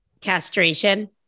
castration